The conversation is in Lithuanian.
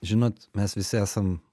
žinot mes visi esam